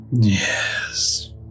Yes